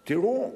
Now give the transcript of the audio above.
תראו,